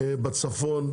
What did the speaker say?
בצפון,